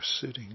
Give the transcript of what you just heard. sitting